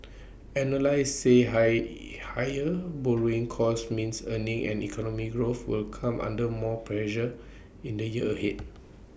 analysts say high higher borrowing costs means earnings and economic growth will come under more pressure in the year ahead